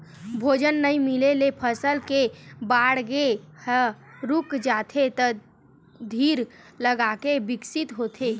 भोजन नइ मिले ले फसल के बाड़गे ह रूक जाथे त धीर लगाके बिकसित होथे